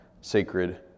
sacred